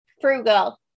Frugal